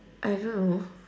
I don't know